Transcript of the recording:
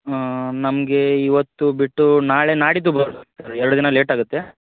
ಹಾಂ ನಮಗೆ ಇವತ್ತು ಬಿಟ್ಟು ನಾಳೆ ನಾಡಿದ್ದು ಬರ್ಬೋದು ಸರ್ ಎರಡು ದಿನ ಲೇಟ್ ಆಗುತ್ತೆ